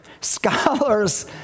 Scholars